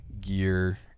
Gear